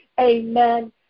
Amen